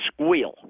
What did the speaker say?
squeal